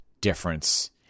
difference